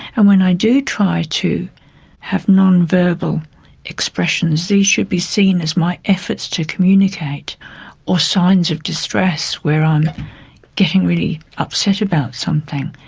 and when i do try to have non-verbal expressions, these should be seen as my efforts to communicate or signs of distress where i'm getting really upset about something.